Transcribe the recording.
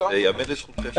זה ייאמר לזכותכם.